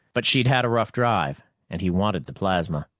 but she'd had a rough drive, and he wanted the plasma.